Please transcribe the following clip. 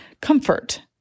comfort